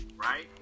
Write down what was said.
right